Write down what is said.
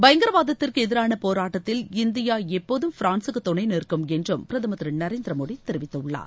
பயங்கரவாதத்திற்கு எதிரான போராட்டத்தில் இந்தியா எப்போதும் பிரான்சுக்கு துணை நிற்கும் என்றும் பிரதமர் திரு நரேந்திர மோடி தெரிவித்துள்ளார்